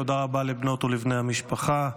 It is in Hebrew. תודה רבה לבנות ולבני המשפחה.